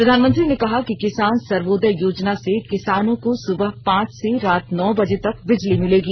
प्रधानमंत्री ने कहा कि किसान सर्वोदय योजना से किसानों को सुबह पांच से रात नौ बजे तक बिजली मिलेगी